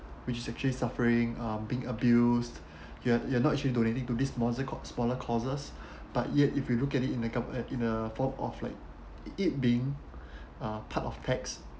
which is actually suffering uh being abused you and you're not actually donating to this mos~ smaller courses but yet if you look at it in a gov~ in a form of like it being uh part of tax